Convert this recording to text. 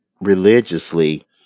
religiously